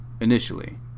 initially